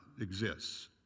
exists